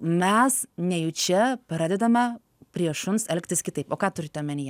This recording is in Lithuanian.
mes nejučia pradedame prie šuns elgtis kitaip o ką turite omenyje